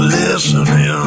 listening